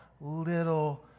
little